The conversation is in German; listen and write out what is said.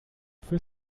für